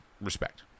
respect